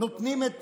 נותנים את